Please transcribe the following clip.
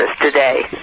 today